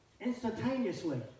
instantaneously